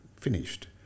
finished